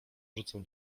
wrócę